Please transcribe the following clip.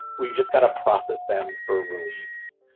we've just got to process them for release.